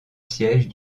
siège